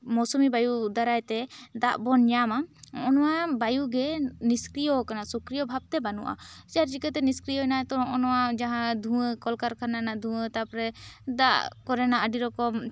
ᱢᱳᱣᱥᱩᱢᱤ ᱵᱟᱭᱩ ᱫᱟᱨᱟᱭ ᱛᱮ ᱫᱟᱜ ᱵᱚᱱ ᱧᱟᱢᱟ ᱚᱱᱟ ᱵᱟᱭᱩ ᱜᱮ ᱱᱤᱥᱠᱨᱤᱭᱚ ᱠᱟᱱᱟ ᱥᱚᱠᱨᱤᱭᱚ ᱵᱷᱟᱵᱛᱮ ᱵᱟᱹᱱᱩᱜᱼᱟ ᱱᱚᱣᱟ ᱪᱮᱫ ᱪᱤᱠᱟᱹᱛᱮ ᱱᱤᱥᱠᱨᱤᱭᱚ ᱮᱱᱟ ᱛᱚ ᱱᱚᱣᱟ ᱡᱟᱦᱟᱸ ᱫᱷᱩᱣᱟᱹ ᱠᱚᱞᱠᱟᱨᱠᱷᱟᱱᱟ ᱨᱮᱱᱟᱜ ᱫᱷᱩᱣᱟᱹ ᱛᱟᱨᱯᱚᱨᱮ ᱫᱟᱜ ᱠᱚᱨᱮᱱᱟᱜ ᱟᱹᱰᱤ ᱨᱚᱠᱚᱢ